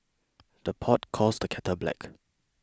the pot calls the kettle black